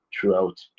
throughout